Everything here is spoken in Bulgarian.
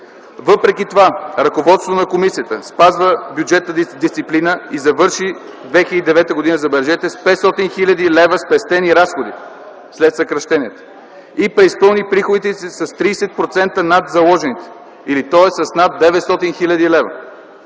Въпреки това ръководството на комисията спази бюджетната дисциплина, завърши 2009 г. с 500 хил. лв. спестени разходи след съкращенията и преизпълни приходите с 30% над заложените, или с над 900 хил. лв.